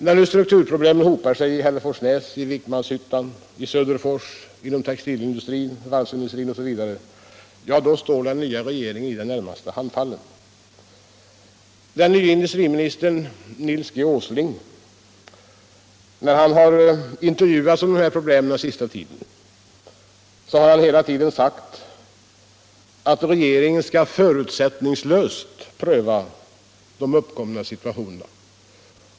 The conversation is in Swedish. När nu strukturproblemen hopar sig i Hälleforsnäs, i Vikmanshyttan, i Söderfors, inom textilindustrin, varvsindustrin osv., då står den nya regeringen i det närmaste handfallen. När den nye industriministern Nils G. Åsling under senare tid intervjuats om dessa problem har hans stående svar varit, att regeringen ”förutsättningslöst” skall pröva de uppkomna situationerna.